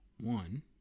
One